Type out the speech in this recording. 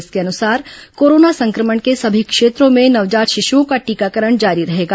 इसके अनुसार कोरोना संक्रमण के सभी क्षेत्रों में नवजात शिशुओं का टीकाकरण जारी रहेगा